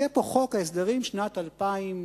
יהיה פה חוק ההסדרים שנת 2014,